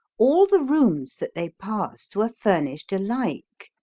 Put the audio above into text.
all the rooms that they passed were furnished alike,